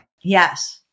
Yes